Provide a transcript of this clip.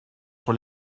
sur